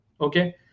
Okay